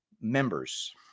members